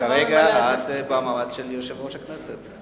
כרגע את במעמד של יושב-ראש הכנסת.